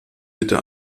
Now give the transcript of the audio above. bitte